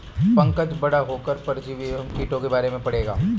पंकज बड़ा होकर परजीवी एवं टीकों के बारे में पढ़ेगा